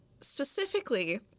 specifically